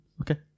okay